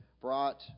brought